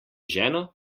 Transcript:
ženo